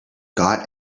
got